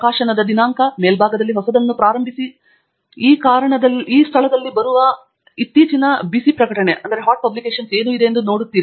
ಪ್ರಕಾಶನ ದಿನಾಂಕ ಮೇಲ್ಭಾಗದಲ್ಲಿ ಹೊಸದನ್ನು ಪ್ರಾರಂಭಿಸಿ ಮುಖ್ಯ ಕಾರಣ tಹ್ಯಾಟ್ ಈ ಸ್ಥಳದಲ್ಲಿ ಬರುವ ಇತ್ತೀಚಿನ ಪ್ರಕಟಣೆ ಏನು ಎಂದು ನೀವು ನೋಡುತ್ತೀರಿ